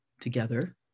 together